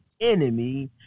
enemy